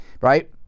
right